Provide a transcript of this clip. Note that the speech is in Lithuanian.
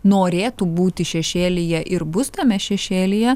norėtų būti šešėlyje ir bus tame šešėlyje